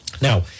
Now